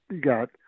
got